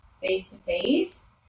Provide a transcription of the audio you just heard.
face-to-face